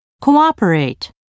cooperate